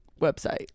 website